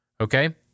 Okay